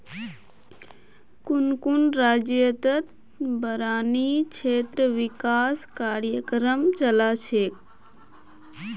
कुन कुन राज्यतत बारानी क्षेत्र विकास कार्यक्रम चला छेक